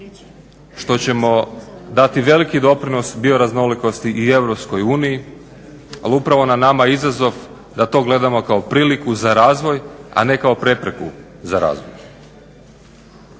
što ćemo dati veliki doprinos bioraznolikosti i EU, ali upravo je na nama izazov da to gledamo kao priliku za razvoj, a ne kao prepreku za razvoj.